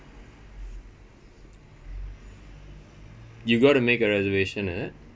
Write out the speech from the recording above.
you've got to make a reservation is it